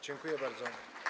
Dziękuję bardzo.